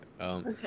okay